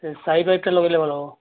ସେ ପାଇପ୍ଟା ଲଗେଇଲେ ଭଲ ହେବ